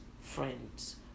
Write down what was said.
friends